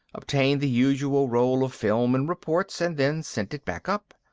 obtained the usual roll of film and reports, and then sent it back up.